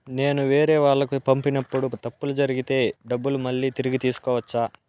నేను వేరేవాళ్లకు పంపినప్పుడు తప్పులు జరిగితే డబ్బులు మళ్ళీ తిరిగి తీసుకోవచ్చా?